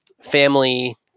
family